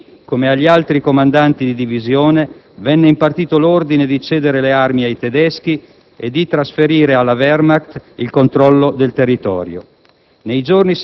A Gandin, come agli altri comandanti di divisione, venne impartito l'ordine di cedere le armi ai tedeschi e di trasferire alla Wehrmacht il controllo del territorio.